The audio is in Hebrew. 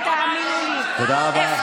תודה רבה.